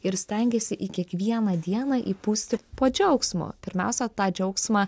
ir stengiesi į kiekvieną dieną įpūsti po džiaugsmo pirmiausia tą džiaugsmą